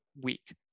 week